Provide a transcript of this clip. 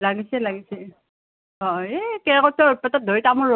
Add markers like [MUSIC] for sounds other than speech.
লাগিছে লাগিছে অ এই কেৰ্কেটুৱাৰ উৎপাতত [UNINTELLIGIBLE]